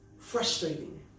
frustrating